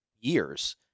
years